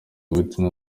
whitney